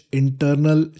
internal